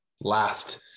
last